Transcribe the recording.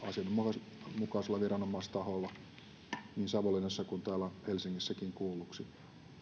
asianmukaisella viranomaistaholla niin savonlinnassa kuin täällä helsingissäkin kuulluksi